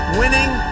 winning